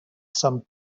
some